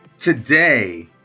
Today